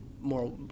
more